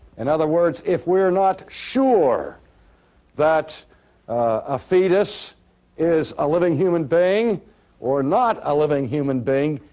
in other words, if we're not sure that a fetus is a living human being or not a living human being,